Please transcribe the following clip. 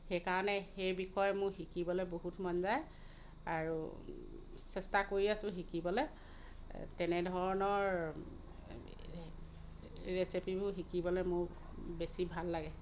সেইকাৰণেই সেই বিষয়ে মোৰ শিকিবলে বহুত মন যায় আৰু চেষ্টা কৰি আছো শিকিবলৈ তেনেধৰণৰ ৰেচিপিবোৰ শিকিবলৈ মোৰ বেছি ভাল লাগে